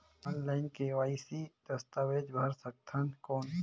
Online KYC दस्तावेज भर सकथन कौन?